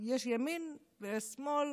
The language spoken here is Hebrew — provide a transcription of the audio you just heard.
יש ימין, יש שמאל,